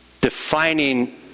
defining